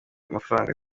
amafaranga